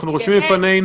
אנחנו רושמים לפנינו